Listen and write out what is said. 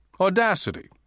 audacity